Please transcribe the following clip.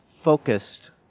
focused